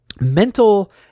mental